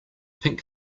pink